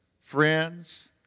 friends